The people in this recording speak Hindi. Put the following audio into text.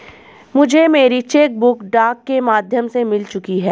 मुझे मेरी चेक बुक डाक के माध्यम से मिल चुकी है